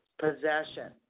possession